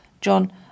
John